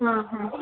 ಹಾಂ ಹಾಂ